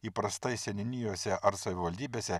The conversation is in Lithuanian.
įprastai seniūnijose ar savivaldybėse